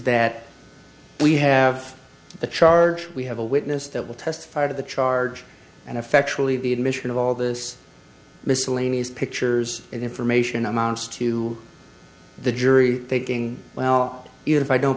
that we have the charge we have a witness that will testify to the charge and effectually the admission of all this miscellaneous pictures and information amounts to the jury taking well if i don't